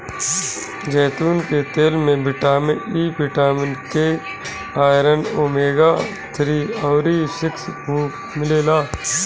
जैतून के तेल में vitamin E, vitamin K, iron, omega three अउरी सिक्स खूब मिलेला